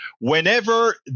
whenever